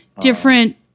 different